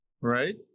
right